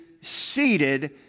seated